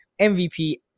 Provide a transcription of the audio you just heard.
mvp